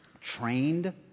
trained